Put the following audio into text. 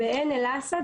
בעין אל-אסד,